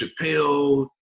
Chappelle